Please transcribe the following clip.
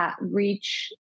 reach